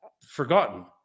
forgotten